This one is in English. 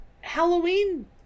Halloween